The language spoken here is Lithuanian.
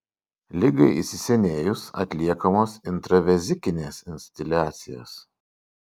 ligai įsisenėjus atliekamos intravezikinės instiliacijos